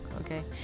okay